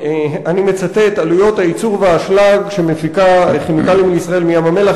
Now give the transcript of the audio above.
"עלויות ייצור האשלג שמפיקה 'כימיקלים לישראל' מים-המלח